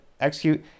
execute